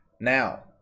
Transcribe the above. Now